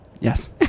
Yes